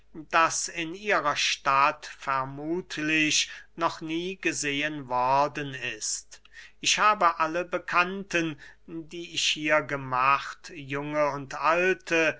das in ihrer stadt vermuthlich noch nie gesehen worden ist ich habe alle bekannte die ich hier gemacht junge und alte